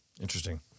Interesting